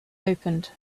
opened